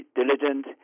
diligent